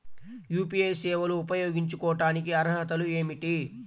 UPI సేవలు ఉపయోగించుకోటానికి అర్హతలు ఏమిటీ?